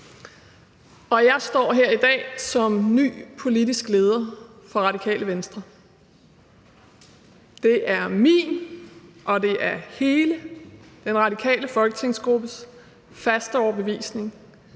Jeg står her i dag som ny politisk leder for Radikale Venstre, og det er min og det er hele den radikale folketingsgruppes faste overbevisning,